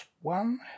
one